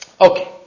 Okay